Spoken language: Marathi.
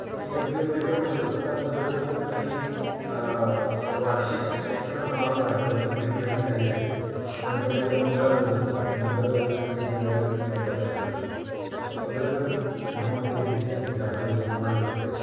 जसं की यज्ञविधीचं म्हटलं तसं त्या पद्धतीनं काही वार्षिक हे सण समारंभ आहेत ज्या गृहिणींसाठी काही आहेत गणपतीमध्ये मंगळागौर असतील तर मंगळगौरीसाठी सगळ्या स्त्रिया एकत्र येतात अशा पद्धतीनं धर्मामधले हे विधी आहेत ज्यामध्ये समाज एकत्र येतो